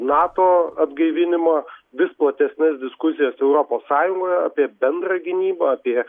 nato atgaivinimą vis platesnes diskusijas europos sąjungoje apie bendrą gynybą apie